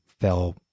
fell